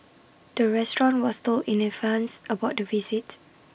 the restaurant was told in advance about the visit